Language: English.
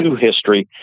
history